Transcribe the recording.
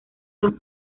los